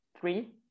three